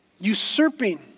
usurping